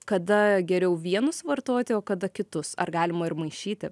kada geriau vienus vartoti o kada kitus ar galima ir maišyti